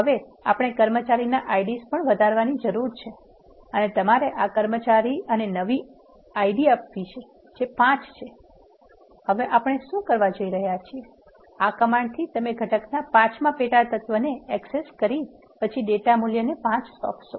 હવે આપણે કર્મચારી IDs પણ વધારવાની જરૂર છે અને તમારે આ કર્મચારી અને નવી આઈડી આપવાની છે જે 5 છે હવે આપણે શું કરી રહ્યા છીએ આ કમાન્ડથી તમે ઘટકના પાંચમા પેટા તત્વને એક્સેસ કરી પછી ડેટા મૂલ્ય 5 સોંપશો